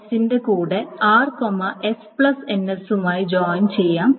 rs ന്റെ കൂടെ r s nsമായി ജോയിൻ ചെയ്യാം